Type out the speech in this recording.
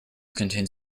contained